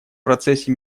процессе